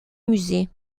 musées